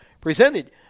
presented